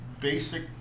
basic